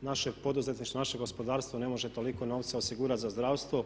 našeg poduzetništva, naše gospodarstvo ne može toliko novca osigurati za zdravstvo.